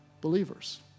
believers